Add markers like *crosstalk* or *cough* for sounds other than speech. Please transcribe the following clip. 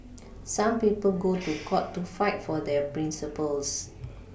some people go to court *noise* to fight for their Principles